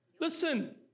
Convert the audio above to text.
listen